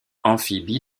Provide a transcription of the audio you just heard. amphibie